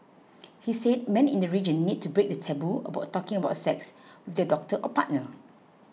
he said men in the region need to break the taboo about talking about sex with their doctor or partner